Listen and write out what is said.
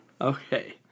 Okay